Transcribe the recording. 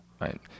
Right